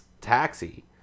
taxi